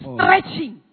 Stretching